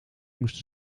moest